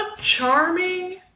Charming